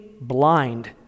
blind